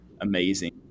amazing